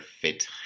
fit